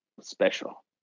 special